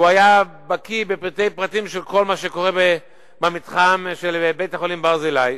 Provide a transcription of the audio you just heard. והוא היה בקי בפרטי פרטים של כל מה שקורה במתחם של בית-החולים "ברזילי",